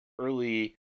early